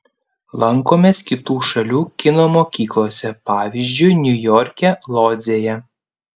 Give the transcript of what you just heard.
lankomės kitų šalių kino mokyklose pavyzdžiui niujorke lodzėje